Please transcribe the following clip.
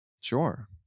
Sure